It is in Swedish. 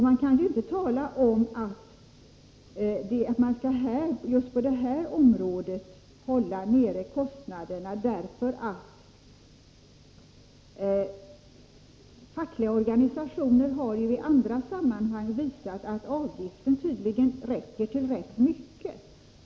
Man kan inte kräva att kostnaderna skall hållas nere på just detta område, eftersom fackliga organisationer i andra sammanhang har visat att avgiften tydligen räcker till rätt mycket.